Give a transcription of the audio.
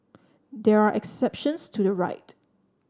there are exceptions to the right